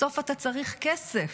בסוף אתה צריך כסף.